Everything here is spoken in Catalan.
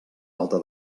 alta